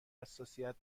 حساسیت